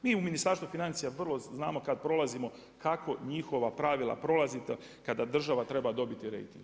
Mi u Ministarstvu financija vrlo znamo kad prolazimo, kako njihova pravila prolazite kada država treba dobiti rejting.